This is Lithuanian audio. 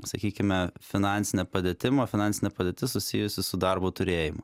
sakykime finansine padėtim finansinė padėtis susijusi su darbo turėjimu